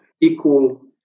equal